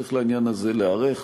וצריך לעניין הזה להיערך.